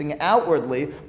outwardly